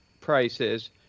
prices